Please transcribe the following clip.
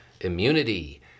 immunity